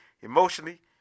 emotionally